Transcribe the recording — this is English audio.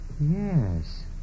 Yes